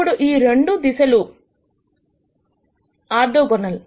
ఇప్పుడు ఈ రెండు దిశలు ఆర్థోగోనల్